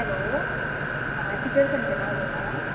hello आ teacher Sanjana उलयतां